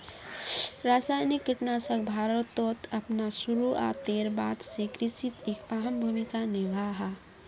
रासायनिक कीटनाशक भारतोत अपना शुरुआतेर बाद से कृषित एक अहम भूमिका निभा हा